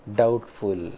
doubtful